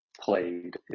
played